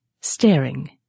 staring